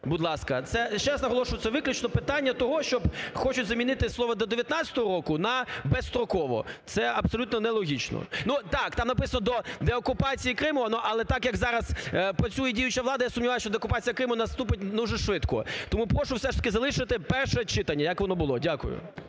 будь ласка. Ще раз наголошую, це виключно питання того, що хочуть замінити слово "до 2019 року" на "безстроково", це абсолютно не логічно. Так, там написано до деокупації Криму, але так, як зараз працює діюча влада, я сумніваюся, що деокупація Криму наступить дуже швидко. Тому прошу все ж таки залишити перше читання, як воно було. Дякую.